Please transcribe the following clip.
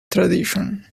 tradition